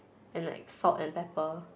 and like salt and pepper